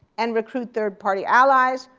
and recruit third party allies,